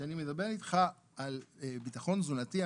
כשאני מדבר איתך על ביטחון תזונתי,